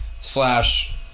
slash